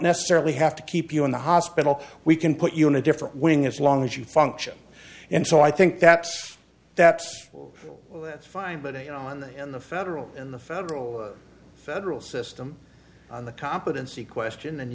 necessarily have to keep you in the hospital we can put you in a different wing as long as you function and so i think that's that's that's fine but a on the in the federal in the federal federal system on the competency question and